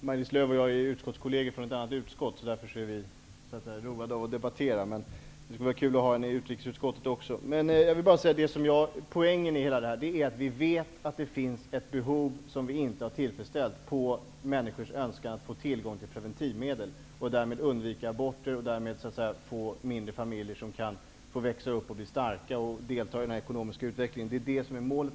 Herr talman! Maj-Lis Lööw är kolleger i ett annat utskott. Därför är vi roade av att debattera. Det vore roligt att ha henne i utrikesutskottet också. Poängen i det hela är att vi vet att det finns ett behov som vi inte har tillfredsställt när det gäller människors önskan att få tillgång till preventivmedel för att därmed undvika aborter och få mindre familjer, som kan växa upp och bli starka och delta i den ekonomiska utvecklingen. Det är målet.